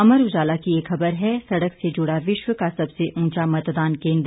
अमर उजाला की एक खबर है सड़क से जुड़ा विश्व का सबसे उंचा मतदान केंद्र